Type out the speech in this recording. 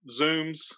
Zooms